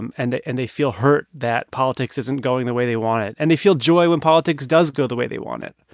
and and and they feel hurt that politics isn't going the way they want it. and they feel joy when politics does go the way they want it.